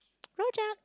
rojak